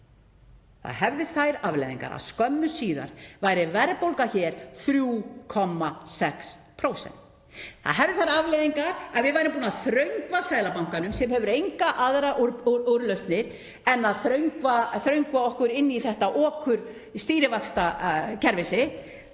Það hefði þær afleiðingar að skömmu síðar væri verðbólga hér 3,6%, hefði þær afleiðingar að við værum búin að þröngva Seðlabankanum — sem hefur engar aðrar úrlausnir en að þröngva okkur inn í þetta okurstýrivaxtakerfi